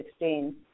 2016